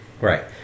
right